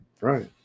Right